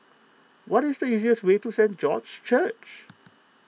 what is the easiest way to Saint George's Church